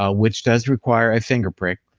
ah which does require a finger prick,